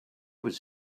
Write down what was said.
was